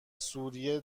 سوریه